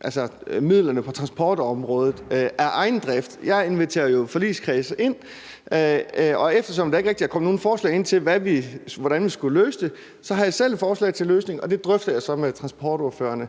forvalter midlerne på transportområdet af egen drift. Jeg inviterer jo forligskredsen ind, og eftersom der ikke rigtig er kommet nogen forslag ind til, hvordan vi skulle løse det, så har jeg selv et forslag til en løsning. Den drøfter jeg så med transportordførerne,